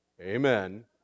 amen